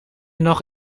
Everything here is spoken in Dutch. nog